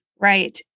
Right